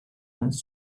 has